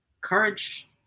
courage